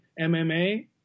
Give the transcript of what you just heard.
MMA